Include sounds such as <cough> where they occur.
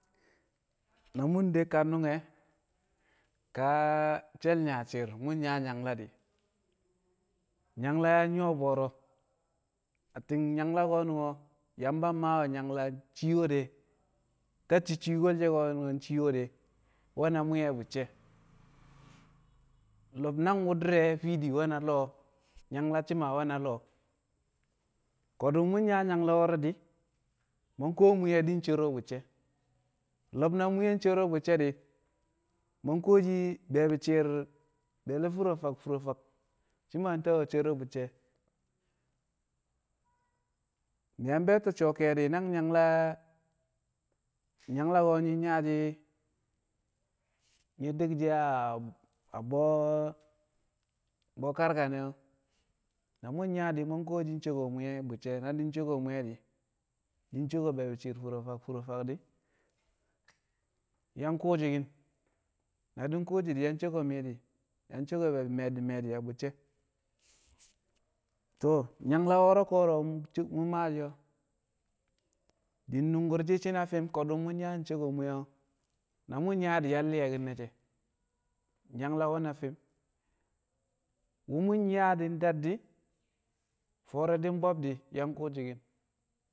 Na mu̱ de ka nu̱nge̱ ka she̱l nyaa shi̱i̱r mu̱ nyaa nyangla di̱ nyangla yang nyu̱wo̱ bo̱o̱ro̱, atti̱n nyangla ko̱nu̱n Yamba mmaa we̱ nyangla nci̱i̱ we̱ de̱ ntacci̱ ci̱i̱ke̱l she̱ ci̱i̱ we̱ de̱ nwe̱ na mwi̱ye̱ a bu̱cce̱ <noise> lob nang wu̱ di̱re̱ fi̱di̱ mwe̱ na lo̱ nyangla shi̱ ma mwe̱ na lo̱, ko̱du̱ mu̱ nyaa nyangla wo̱ro̱ di̱ mu̱ yang kuwo mwi̱ye̱ di̱ cero a bu̱cce̱ lo̱b na mwi̱ye̱ di̱ cero a bu̱cce̱ di̱ mu̱ yang kuwoshi be̱e̱bi̱ shi̱i̱r be̱e̱le̱ fu̱ro̱fak fu̱ro̱fak shi̱ ma nta we̱ cire a bu̱cce̱. Mi̱ yang be̱e̱to̱ su̱wo̱ ke̱e̱di̱ nang nyangla, nyangla nyi̱ nyaa shi̱ nyi̱ di̱k a a buwo buwo karkane̱ na mu̱ nyaa di̱ mu̱ yang kuwoshi di̱ ceko mwi̱ye̱ bu̱cce̱ na di̱ ceko mwi̱ye̱ di̱ ceko be̱e̱bi̱ shi̱i̱r fu̱ro̱fak fu̱ro̱fak di̱, yang ku̱u̱su̱ḵi̱n na di̱ ku̱u̱su̱ di̱ yang ceko me̱e̱di̱, yang ceko be̱e̱bi̱ me̱e̱di̱ me̱e̱di̱ a bu̱cce̱, to nyangla wo̱ro̱ ko̱ro̱ mu̱ shi̱ nyaa shi̱ o̱ di̱ nu̱ngku̱r shi̱ shi̱na fi̱m ko̱du̱ mu̱ nyaa ceko mwi̱ye̱ na mu̱ nyaa di̱ yang li̱ye̱ki̱n ne̱ she̱. Nyangla wu̱ na fi̱m wu̱ mu̱ nyaa di̱ dad di̱, fo̱o̱re̱ di̱ bob di̱ yang ku̱u̱su̱ki̱n.